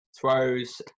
throws